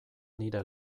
nire